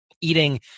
eating